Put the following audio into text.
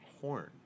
horn